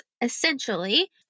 essentially